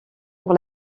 pour